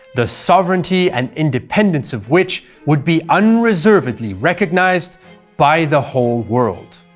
the sovereignty and independence of which would be unreservedly recognised by the whole world.